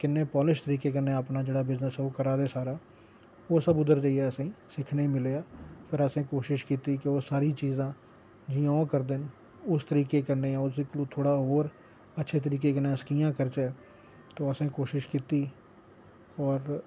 किन्ने पाॅलिश तरीके कन्नै अपना जेह्ड़ा बिज़नस ओह् करा दे सारा ओह् सब उद्धर जाइयै असेंगी सिक्खने गी मिलेआ फिर असें कोशिश कीती कि ओह् सारी चीजां जियां ओह् करदे न उस तरीके कन्नै थोह्ड़ा होर अच्छे तरिके कन्नै अस कि'यां करचै ते असें कोशिश कीती होर